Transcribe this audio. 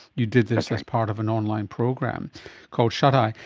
you did this as part of an online program called shuti.